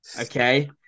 Okay